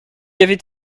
avait